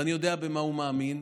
ואני יודע במה הוא מאמין,